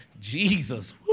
Jesus